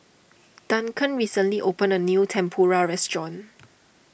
Duncan recently opened a new Tempura restaurant